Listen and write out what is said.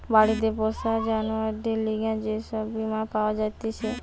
বাড়িতে পোষা জানোয়ারদের লিগে যে সব বীমা পাওয়া জাতিছে